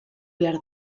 behar